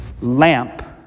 lamp